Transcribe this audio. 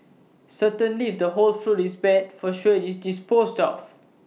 certainly if the whole fruit is bad for sure IT is disposed of